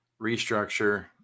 restructure